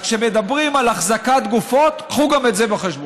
אז כשמדברים על החזקת גופות, קחו גם את זה בחשבון.